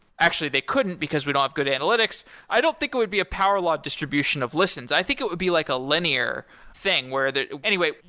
actually, they couldn't, because we don't have good analytics. i don't think it would be a parallel distribution of listens. i think it would be like a linear thing where they anyway,